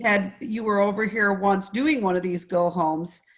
ted, you were over here once doing one of these go-homes.